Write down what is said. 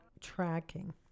tracking